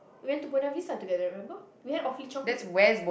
we went to Buona-Vista together remember we had Awfully-Chocolate